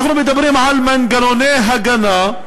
אנחנו מדברים על מנגנוני הגנה,